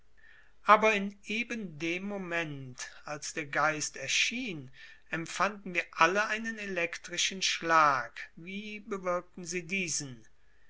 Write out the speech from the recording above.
aber in eben dem moment als der geist erschien empfanden wir alle einen elektrischen schlag wie bewirkten sie diesen